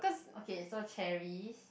okay so cherries